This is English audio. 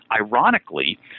ironically